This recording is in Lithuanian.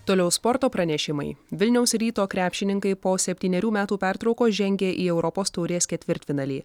toliau sporto pranešimai vilniaus ryto krepšininkai po septynerių metų pertraukos žengė į europos taurės ketvirtfinalį